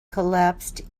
collapsed